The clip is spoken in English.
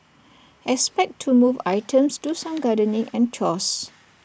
expect to move items do some gardening and chores